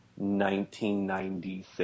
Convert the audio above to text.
1996